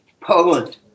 Poland